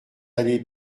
allée